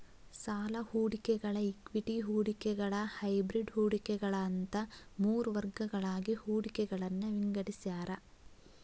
ಸಾಲ ಹೂಡಿಕೆಗಳ ಇಕ್ವಿಟಿ ಹೂಡಿಕೆಗಳ ಹೈಬ್ರಿಡ್ ಹೂಡಿಕೆಗಳ ಅಂತ ಮೂರ್ ವರ್ಗಗಳಾಗಿ ಹೂಡಿಕೆಗಳನ್ನ ವಿಂಗಡಿಸ್ಯಾರ